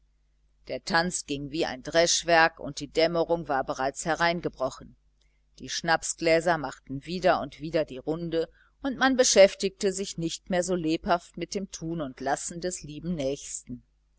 der tanz ging wie ein dreschwerk und die dämmerung war bereits hereingebrochen die schnapsgläser machten wieder und wieder die runde und man beschäftigte sich nicht mehr so lebhaft mit dem tun und lassen des lieben nächsten